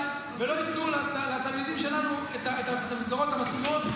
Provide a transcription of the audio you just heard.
ולא ייתנו לתלמידים שלנו את המסגרות המתאימות.